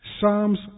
Psalms